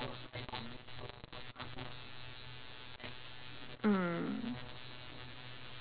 mm